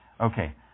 Okay